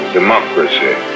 democracy